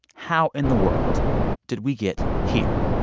how in the world did we get here?